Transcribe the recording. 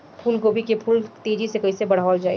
फूल गोभी के फूल तेजी से कइसे बढ़ावल जाई?